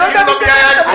אני לא יודע מי זה בנט.